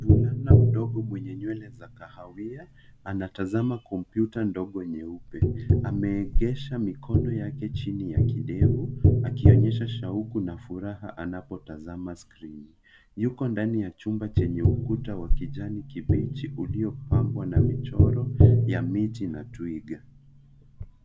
Mvulana mdogo mwenye nywele za kahawia, anatazama kompyuta ndogo nyeupe. Ameegesha mikono yake chini ya kidevu akionyesha shauku na furaha anapotazama skrini. Yupo ndani ya chumba chenye ukuta wa kijani kibichi uliopambwa na michoro ya miti na twiga.